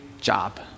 job